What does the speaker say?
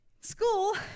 School